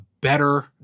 better